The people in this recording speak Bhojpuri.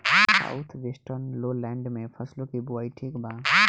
साउथ वेस्टर्न लोलैंड में फसलों की बुवाई ठीक बा?